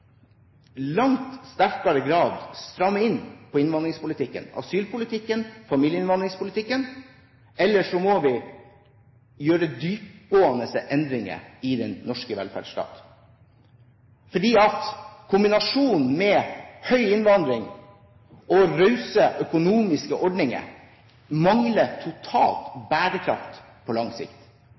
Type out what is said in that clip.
langt sterkere grad stramme inn på innvandringspolitikken, asylpolitikken og familieinnvandringspolitikken, eller så må vi gjøre dyptgående endringer i den norske velferdsstaten. For kombinasjonen med høy innvandring og rause økonomiske ordninger mangler totalt bærekraft på lang sikt.